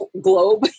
globe